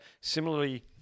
similarly